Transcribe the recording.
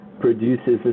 produces